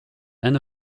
and